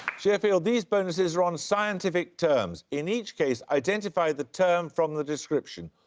sheffield, these bonuses are on scientific terms. in each case, identify the term from the description.